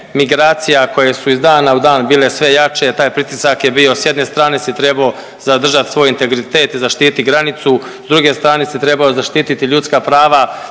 koje su iz dana u dan bile sve jače, taj pritisak je bio, s jedne strane si trebao zadržat svoj integritet i zaštititi granicu, s druge strane si trebao zaštititi ljudska prava,